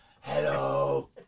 Hello